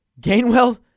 Gainwell